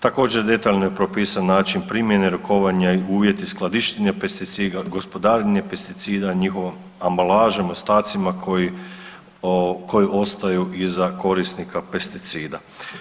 Također detaljno je propisan način primjene rukovanja i uvjeti skladištenja pesticida, gospodarenje pesticida, njihovom ambalažom, ostacima koji ostaju iza korisnika pesticida.